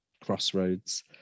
crossroads